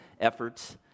efforts